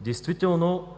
Действително